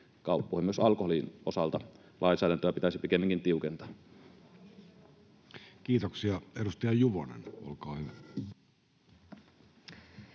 kauppoihin. Myös alkoholin osalta lainsäädäntöä pitäisi pikemminkin tiukentaa. Kiitoksia. — Edustaja Juvonen, olkaa hyvä.